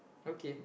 okay